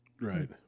Right